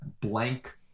blank